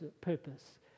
purpose